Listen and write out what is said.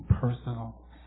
personal